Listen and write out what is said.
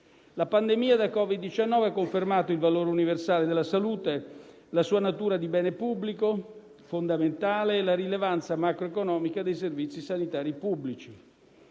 La pandemia da Covid-19 ha confermato il valore universale della salute, la sua natura di bene pubblico fondamentale e la rilevanza macroeconomica dei servizi sanitari pubblici.